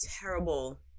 terrible